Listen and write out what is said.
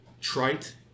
trite